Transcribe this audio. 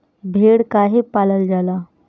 भेड़ काहे पालल जाला?